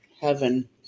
Heaven